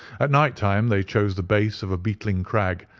at night-time they chose the base of a beetling crag,